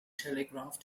telegraph